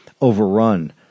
overrun